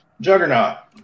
Juggernaut